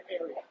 area